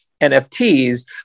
NFTs